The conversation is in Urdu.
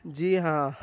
جی ہاں